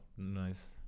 nice